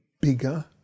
bigger